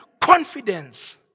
confidence